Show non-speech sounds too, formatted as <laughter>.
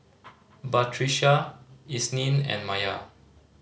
<noise> Batrisya Isnin and Maya